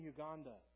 Uganda